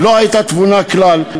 לא הייתה תבונה כלל.